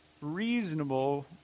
reasonable